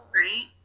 right